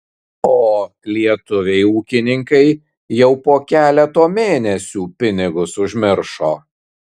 o lietuviai ūkininkai jau po keleto mėnesių pinigus užmiršo